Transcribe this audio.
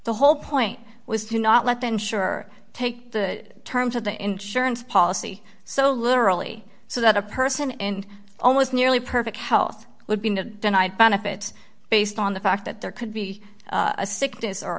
the whole point was to not let then sure take the terms of the insurance policy so literally so that a person and almost nearly perfect health would be denied benefits based on the fact that there could be a sickness or